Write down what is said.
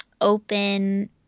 open